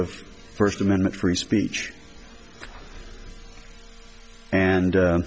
of first amendment free speech and